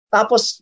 Tapos